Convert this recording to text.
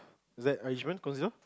that enrichment